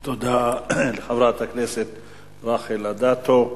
תודה לחברת הכנסת רחל אדטו.